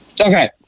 Okay